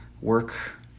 work